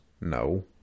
No